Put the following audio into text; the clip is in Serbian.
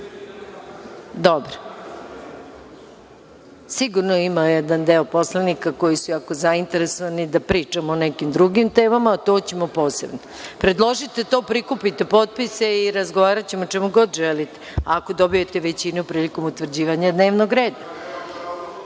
prezime. Sigurno ima jedan deo poslanika koji su jako zainteresovani da pričamo o nekim drugim temama, a to ćemo posebno. Predložite to, prikupite potpise i razgovaraćemo o čemu god želite ako dobijete većinu priliko utvrđivanja dnevnog